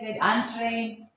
untrained